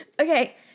Okay